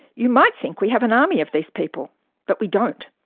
you might think we have an army of these people but we don't.